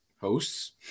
hosts